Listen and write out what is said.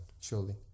Surely